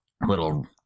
little